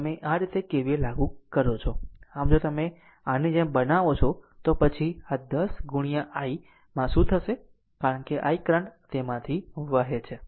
આમ જો તમે તેને આની જેમ બનાવો છો તો પછી આ 10 ગુણ્યા i માં શું થશે કારણ કે i કરંટ તેમાંથી વહે છે